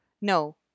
no